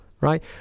right